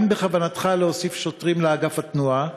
האם בכוונתך להוסיף שוטרים לאגף התנועה?